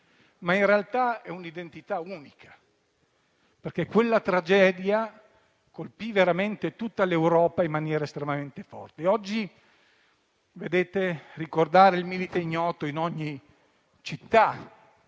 ma in realtà è un'identità unica, perché quella tragedia colpì veramente tutta l'Europa in maniera estremamente forte. Oggi, il ricordo del Milite Ignoto in ogni città,